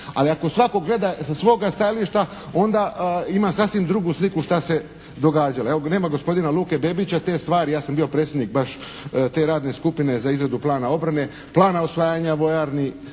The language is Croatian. Ali ako svatko gleda sa svoga stajališta onda ima sasvim drugu sliku što se događalo. Evo nema gospodina Luke Bebića. Te stvari, ja sam bio predsjednik baš te radne skupine za izradu plana obrane, plana osvajanja vojarni.